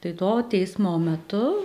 tai to teismo metu